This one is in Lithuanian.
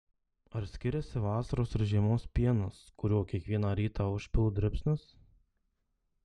ar skiriasi vasaros ir žiemos pienas kuriuo kiekvieną rytą užpilu dribsnius